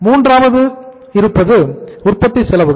மூன்றாவதாக இருப்பது உற்பத்தி செலவுகள்